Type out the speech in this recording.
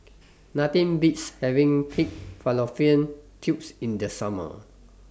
Nothing Beats having Pig Fallopian Tubes in The Summer